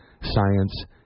science